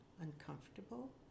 uncomfortable